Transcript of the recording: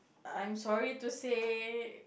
I'm sorry to say